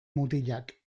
mutilak